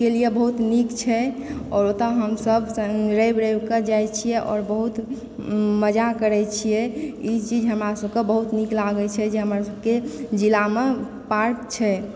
केलिए बहुत नीक छै आओर ओतय हम सभ सन रैब रैब कऽ जाइ छियै आओर बहुत मजा करै छियै ई चीज हमरा सभके बहुत नीक लागै छै जे हमर सभके जिला मे पार्क छै